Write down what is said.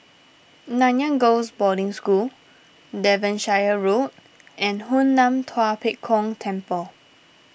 Nanyang Girls' Boarding School Devonshire Road and Hoon Lam Tua Pek Kong Temple